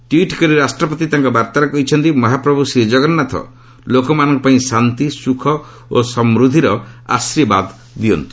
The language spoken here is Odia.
ଟ୍ୱିଟ୍ କରି ରାଷ୍ଟ୍ରପତି ତାଙ୍କ ବାର୍ତ୍ତାରେ କହିଛନ୍ତି ମହାପ୍ରଭୁ ଶ୍ରୀକଗନ୍ନାଥ ଲୋକମାନଙ୍କପାଇଁ ଶାନ୍ତି ସୁଖ ଓ ସମୃଦ୍ଧିର ଆଶୀର୍ବାଦ ଦିଅନ୍ତୁ